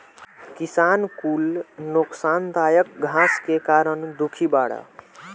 किसान कुल नोकसानदायक घास के कारण दुखी बाड़